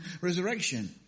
resurrection